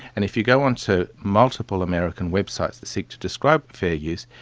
and if you go on to multiple american websites that seek to describe fair use,